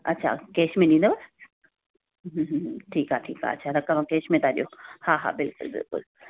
अच्छा कैश में ॾींदव ठीकु आहे ठीकु आहे अच्छा रक़म कैश में त ॾियो हा हा बिल्कुलु बिल्कुलु